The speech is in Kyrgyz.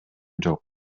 жок